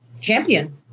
champion